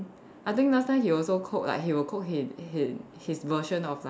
I think last time he also cook like he will cook like he he his version of like